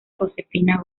josefina